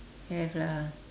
have lah